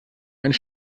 einen